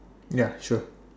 ya sure